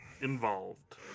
involved